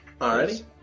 Alrighty